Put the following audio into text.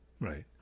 Right